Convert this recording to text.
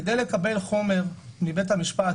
כדי לקבל חומר מבית המשפט,